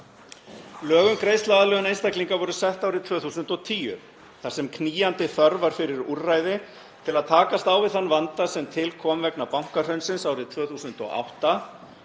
Lög um greiðsluaðlögun einstaklinga voru sett árið 2010, þar sem knýjandi þörf var fyrir úrræði til að takast á við þann vanda sem til kom vegna bankahrunsins árið 2008